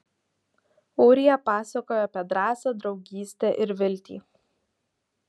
ūrija pasakojo apie drąsą draugystę ir viltį